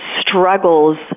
struggles